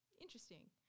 interesting